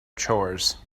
chores